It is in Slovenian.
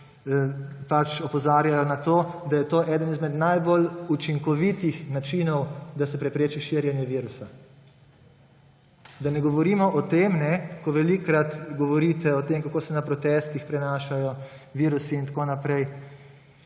opozarjajo na to, da je to eden izmed najbolj učinkovitih načinov, da se prepreči širjenje virusa. Da ne govorimo o tem, ko velikokrat govorite o tem, kako se na protestih prenašajo virusi in tako naprej.